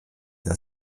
der